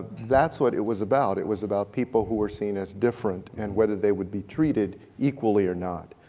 that's what it was about. it was about people who were seen as different and whether they would be treated equally or not.